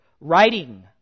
Writing